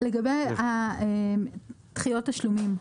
לגבי דחיות התשלומים.